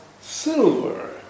silver